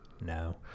No